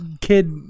kid